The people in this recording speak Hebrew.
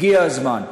הגיע הזמן.